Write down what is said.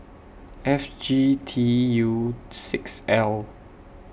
F G T U six L